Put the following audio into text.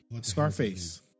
Scarface